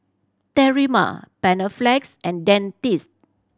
Terimar Panaflex and Dentiste